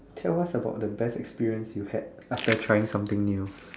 tell us about the best experience you had after trying something new